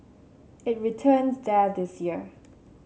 it returns there this year